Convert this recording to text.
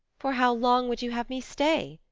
for how long would you have me stay?